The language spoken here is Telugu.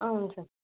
అవును సార్